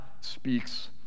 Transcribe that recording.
speaks